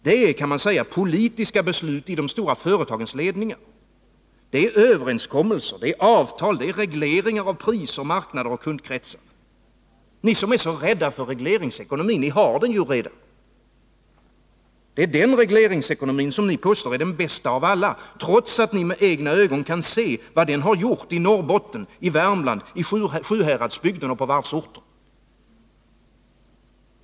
Det är, kan man säga, politiska beslut i de stora företagens ledningar. Det är överenskommelser, avtal och regleringar av priser, marknader och kundkretsar. Ni som är så rädda för regleringsekonomi, ni har den redan. Det är den regleringsekonomin som ni påstår är den bästa av alla, trots att ni med egna ögon kan se vad den gör i Norrbotten, i Värmland, i Sjuhäradsbygden och på varvsorterna.